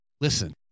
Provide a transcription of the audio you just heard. listen